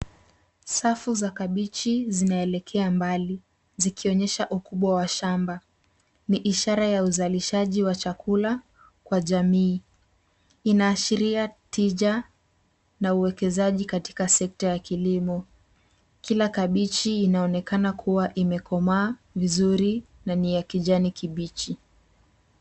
Safu za kabeji zimeelekea mbali, zikionyesha ukubwa wa shamba. Ni ishara ya uzalishaji wa chakula kwa jamii. Inaashiria tija na uwekezaji katika sekta ya kilimo. Kila kabeji inaonekana kuwa imekomaa vizuri ndani ya kijani kibichi.